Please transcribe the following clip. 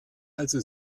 also